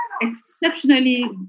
exceptionally